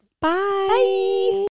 Bye